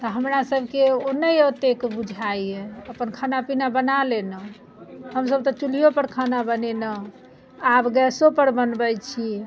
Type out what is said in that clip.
तऽ हमरा सभके नहि ओतेक बुझाइए अपन खाना पीना बना लेलहुँ हमसभ तऽ चुल्हियोपर खाना बनेलहुँ आब गैसोपर बनबैत छी